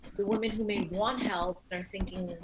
the woman who may want help, they're thinking,